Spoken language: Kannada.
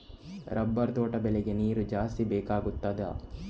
ರಬ್ಬರ್ ತೋಟ ಬೆಳೆಗೆ ನೀರು ಜಾಸ್ತಿ ಬೇಕಾಗುತ್ತದಾ?